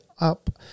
up